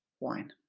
wine